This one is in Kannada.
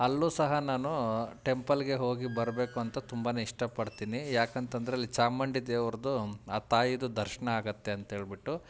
ಅಲ್ಲೂ ಸಹ ನಾನು ಟೆಂಪಲ್ಗೆ ಹೋಗಿ ಬರಬೇಕು ಅಂತ ತುಂಬಾ ಇಷ್ಟಪಡ್ತೀನಿ ಯಾಕಂತಂದ್ರೆ ಅಲ್ಲಿ ಚಾಮುಂಡಿ ದೇವರ್ದು ಆ ತಾಯಿಯದು ದರ್ಶನ ಆಗತ್ತೆ ಅಂತ ಹೇಳಿಬಿಟ್ಟು